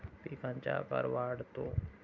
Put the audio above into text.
पिकांचा आकार वाढतो